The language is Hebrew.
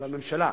הממשלה,